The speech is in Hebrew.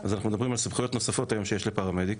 אנחנו מדברים על סמכויות נוספות שיש לפרמדיק,